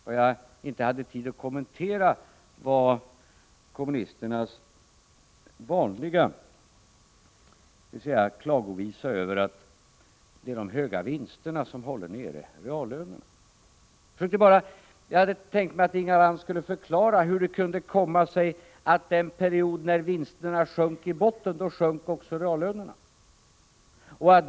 Vad jag inte hade tid att kommentera var kommunisternas vanliga klagovisa över att det är de höga vinsterna som håller nere reallönerna. Jag hade tänkt mig att Inga Lantz skulle förklara hur det kunde komma sig att under den period när vinsterna sjönk i botten, då sjönk också reallönerna.